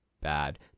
bad